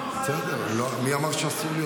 בסדר, מי אמר שאסור?